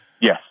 yes